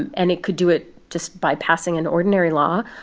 and and it could do it just by passing an ordinary law,